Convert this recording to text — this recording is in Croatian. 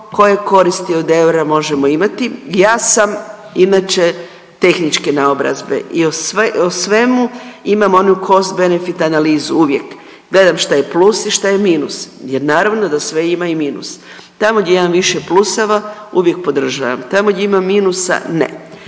koje koristi od eura možemo imati. Ja sam inače tehničke naobrazbe i o svemu imam onu cost benefit analizu uvijek gledam šta je plus im šta je minus jer naravno da sve ima i minus. Tamo gdje imam više pluseva uvijek podržavam, tamo gdje ima minusa ne,